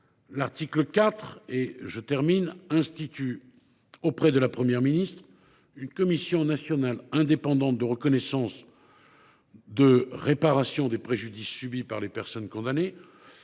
l’article 4 institue, auprès de la Première ministre, une commission nationale indépendante de reconnaissance et de réparation des préjudices subis par les personnes condamnées